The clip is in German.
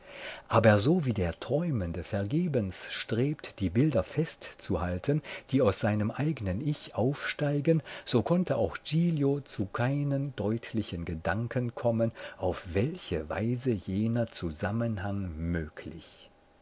aber so wie der träumende vergebens strebt die bilder festzuhalten die aus seinem eignen ich aufsteigen so konnte auch giglio zu keinen deutlichen gedanken kommen auf welche weise jener zusammenhang möglich